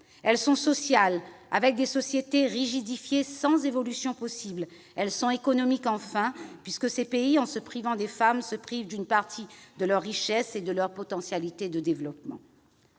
Elles sont sociales, avec des sociétés rigidifiées, sans évolution possible. Elles sont économiques, enfin, puisque ces pays, en se privant des femmes, se privent d'une partie de leur richesse et de leur potentialité de développement.